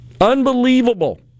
Unbelievable